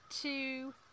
two